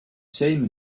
same